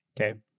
Okay